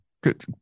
good